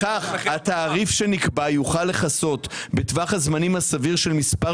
התעריף שנקבע יוכל לכסות בטווח הזמנים הסביר של מספר